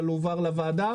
אבל הובהר לוועדה,